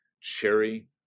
cherry